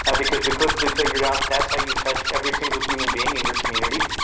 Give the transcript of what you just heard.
and because we quickly figured out that's how you touch every single human being in your community.